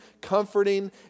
comforting